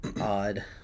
odd